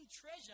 treasure